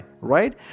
Right